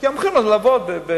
כי הם הולכים לעבוד ב"אסותא",